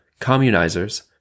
communizers